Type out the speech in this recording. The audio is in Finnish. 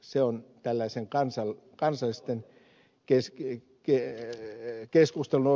se on osa tällaista kansainvälistä keskustelua